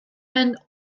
mewn